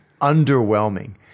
underwhelming